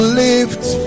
lift